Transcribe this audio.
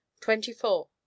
Twenty-four